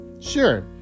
sure